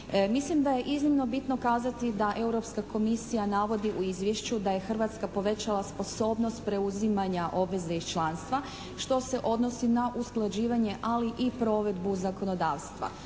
Mislim da je iznimno bitno kazati da Europska komisija navodi u izvješću da je Hrvatska povećala sposobnost preuzimanja obveze iz članstva što se odnosi na usklađivanje ali i provedbu zakonodavstva.